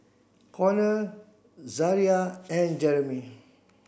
Konner Zaria and Jeremy